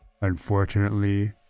Unfortunately